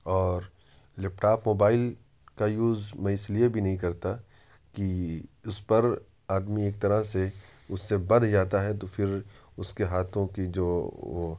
اور laptop mobile کا use میں اس لیے بھی نہیں کرتا کہ اس پر آدمی ایک طرح سے اس سے بندھ جاتا ہے تو پھر اس کے ہاتھوں کی جو وہ